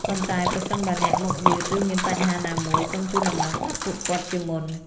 ប៉ុន្តែប្រសិនបើអ្នកមកយឺតឬមានបញ្ហាណាមួយ សូមជូនដំណឹងប្រាប់ពួកគាត់ជាមុន។